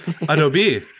Adobe